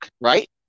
right